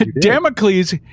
Damocles